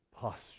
posture